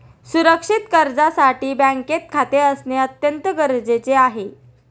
सुरक्षित कर्जासाठी बँकेत खाते असणे अत्यंत गरजेचे आहे